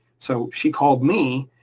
so she called me,